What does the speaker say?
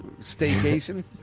staycation